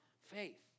faith